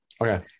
Okay